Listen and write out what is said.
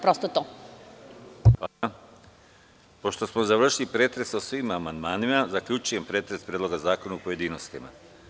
Pošto smo završili pretres o svim amandmanima, zaključujem pretres Predloga zakona u pojedinostima.